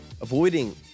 avoiding